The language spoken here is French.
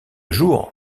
jour